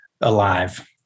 alive